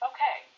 Okay